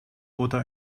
oder